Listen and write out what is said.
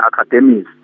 academies